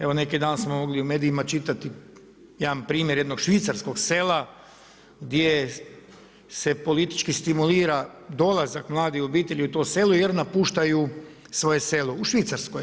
Evo neki dan smo mogli u medijima čitati jedan primjer jednog švicarskog sela gdje se politički stimulira dolazak mladih obitelji u to selo jer napuštaju svoje selo, u Švicarskoj.